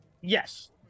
Yes